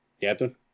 Captain